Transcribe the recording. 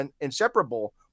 inseparable